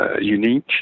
unique